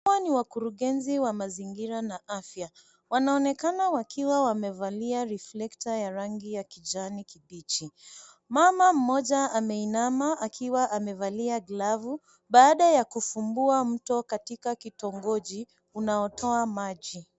Hawa ni wakurugenzi wa mazingira na afya. Wanaonekana wakiwa wamevalia reflector ya rangi ya kijani kibichi. Mama mmoja ameinama akiwa amevalia glavu baada ya kufumbua mto katika kitongoji unaotoa maji.